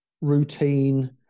routine